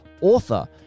author